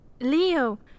Leo